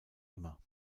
immer